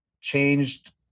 changed